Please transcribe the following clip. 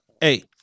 Hey